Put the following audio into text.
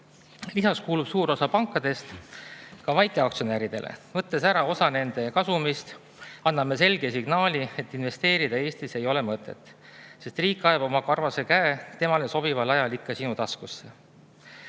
Lisaks kuulub suur osa pankadest ka väikeaktsionäridele. Võttes ära osa nende kasumist, anname selge signaali, et Eestis investeerida ei ole mõtet, sest riik ajab oma karvase käe temale sobival ajal ikka sinu taskusse. Ainus,